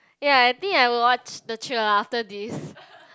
ya I think I will watch the trailer after this